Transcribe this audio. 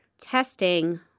Testing